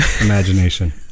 imagination